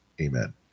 Amen